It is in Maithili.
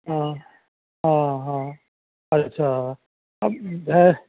हँ हँ हँ अच्छा भए